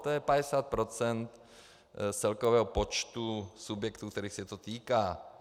To je 50 % z celkového počtu subjektů, kterých se to týká.